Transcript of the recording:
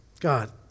God